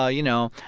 ah you know,